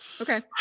Okay